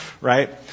right